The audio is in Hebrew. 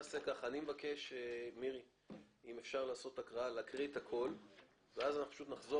אני מבקש להקריא את הכול ואז אנחנו פשוט נחזור